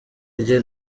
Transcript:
rye